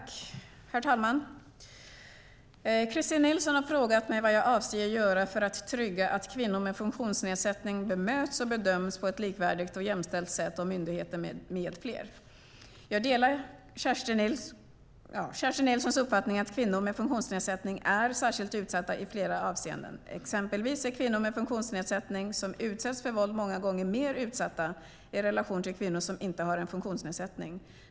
Herr talman! Kerstin Nilsson har frågat mig vad jag avser att göra för att trygga att kvinnor med funktionsnedsättning bemöts och bedöms på ett likvärdigt och jämställt sätt av myndigheter med mera. Jag delar Kerstin Nilssons uppfattning att kvinnor med funktionsnedsättning är särskilt utsatta i flera avseenden. Exempelvis är kvinnor med funktionsnedsättning som utsätts för våld många gånger mer utsatta i relation till kvinnor som inte har en funktionsnedsättning.